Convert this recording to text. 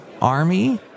army